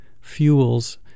fuels